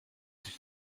sich